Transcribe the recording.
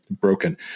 broken